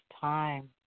time